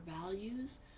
values